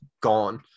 gone